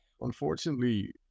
unfortunately